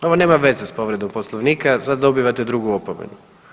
Ovo nema veze s povredom Poslovnika, sad dobivate drugu opomenu.